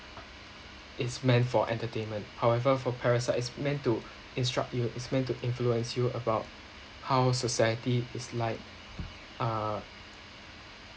it's meant for entertainment however for parasite it's meant to instruct you it's meant to influence you about how society is like uh